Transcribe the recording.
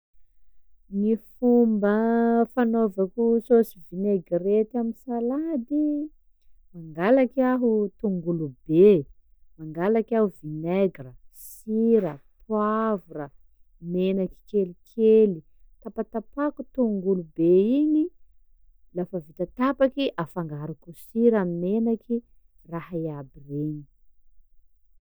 Gny fomba fanaovako saosy vinaigrety amin'ny salady: mangalaky aho tongolobe, mangalaky aho vinaigra, sira, poavra, menaky kelikely; tapatapahako tongolobe igny, lafa vita tapaky afangaroko sira ny menaky, raha iaby regny.